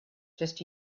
just